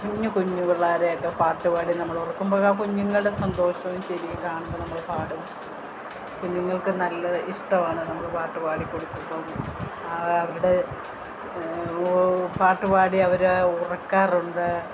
കുഞ്ഞു കുഞ്ഞു പിള്ളേരെയൊക്കെ പാട്ടുപാടി നമ്മൾ ഉറക്കുമ്പോഴൊക്കെ അ കുഞ്ഞുങ്ങളുടെ സന്തോഷോം ചിരിയും കാണുമ്പോൾ നമ്മൾ പാടുന്ന കുഞ്ഞുങ്ങൾക്ക് നല്ല ഇഷ്ടവാണ് നമ്മൾ പാട്ടുപാടി കൊടുക്കുമ്പം ആ അവരുടെ പാട്ടുപാടി അവരെ ഉറക്കാറുണ്ട്